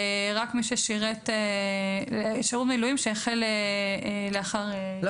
רק מי ששירת שירות מילואים שהחל לאחר --- לא